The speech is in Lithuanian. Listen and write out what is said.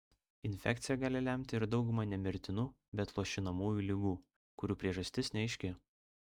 infekcija gali lemti ir daugumą ne mirtinų bet luošinamųjų ligų kurių priežastis neaiški